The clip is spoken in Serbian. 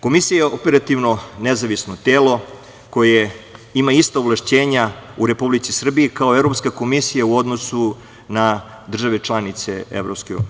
Komisija je operativno nezavisno telo koje ima ista ovlašćenja u Republici Srbiji kao i Evropska komisija u odnosu na države članice EU.